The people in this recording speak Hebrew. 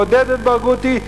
מעודד את ברגותי,